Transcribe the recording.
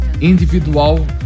individual